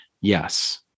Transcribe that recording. yes